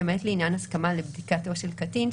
למעט לעניין הסכמה לבדיקתו של קטין,